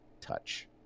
touch